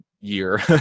year